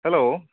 hello